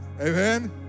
Amen